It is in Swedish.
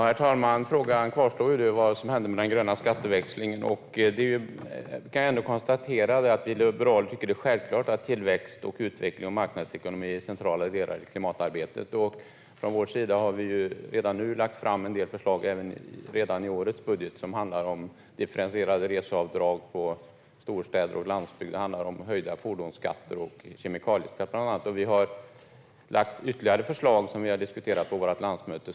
Herr talman! Frågan kvarstår om vad som händer med den gröna skatteväxlingen. Jag kan ändå konstatera att vi liberaler tycker att det är självklart att tillväxt, utveckling och marknadsekonomi är centrala delar i klimatarbetet. Från vår sida har vi redan i årets budget lagt fram en del förslag som handlar om differentierade reseavdrag för storstäder och landsbygd, höjda fordonsskatter och kemikalieskatter med mera. Vi har lagt ytterligare förslag som vi har diskuterat på vårt landsmöte.